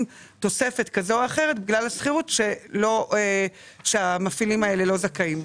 תוספת זו אחרת בגלל השכירות שהמפעילים האלה לא זכאים,